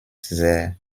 sehr